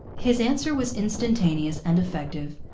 his answer was instantaneous and effective.